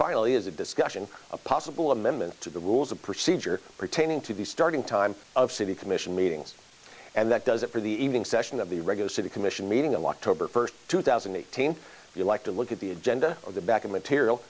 finally as a discussion a possible amendment to the rules of procedure pertaining to the starting time of city commission meetings and that does it for the evening session of the regular city commission meeting and walked over first two thousand and eighteen you like to look at the agenda of the back of material